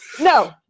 No